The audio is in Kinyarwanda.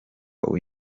uw’i